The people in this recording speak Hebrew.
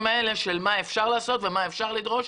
האלה של מה אפשר לעשות ומה אפשר לדרוש,